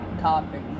Topic